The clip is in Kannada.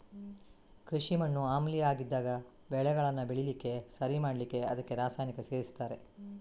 ಕೃಷಿ ಮಣ್ಣು ಆಮ್ಲೀಯ ಆಗಿದ್ದಾಗ ಬೆಳೆಗಳನ್ನ ಬೆಳೀಲಿಕ್ಕೆ ಸರಿ ಮಾಡ್ಲಿಕ್ಕೆ ಅದಕ್ಕೆ ರಾಸಾಯನಿಕ ಸೇರಿಸ್ತಾರೆ